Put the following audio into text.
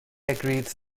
agreed